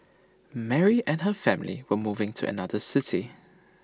Mary and her family were moving to another city